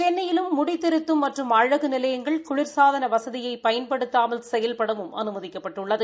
சென்னையிலும் முடித்திருத்தும் மற்றும் அழகு நிலையங்கள் குளிர்சாதன வசதியை பயன்படுத்தாமல் செயல்படவும் அனுமதிக்கப்பட்டுள்ளது